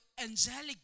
angelic